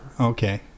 Okay